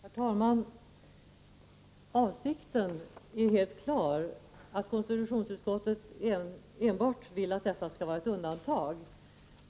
Herr talman! Avsikten är helt klar, att konstitutionsutskottet vill att översättning skall utelämnas enbart i undantagsfall.